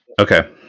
Okay